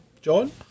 John